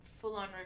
full-on